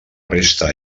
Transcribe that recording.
resta